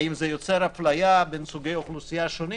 האם זה יוצר אפליה בין סוגי אוכלוסייה שונים.